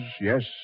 yes